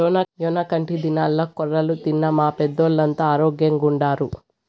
యెనకటి దినాల్ల కొర్రలు తిన్న మా పెద్దోల్లంతా ఆరోగ్గెంగుండారు